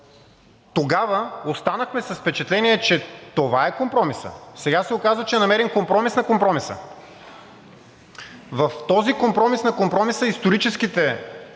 тогава останахме с впечатление, че това е компромисът. Сега се оказа, че е намерен компромис на компромиса. В този компромис на компромиса историческите